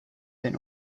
been